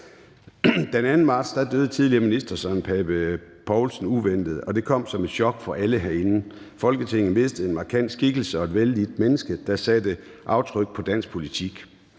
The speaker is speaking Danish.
Den 2. marts døde tidligere minister Søren Pape Poulsen uventet, og det kom som et chok for alle herinde. Folketinget mistede en markant skikkelse og et vellidt menneske, der satte aftryk på dansk politik.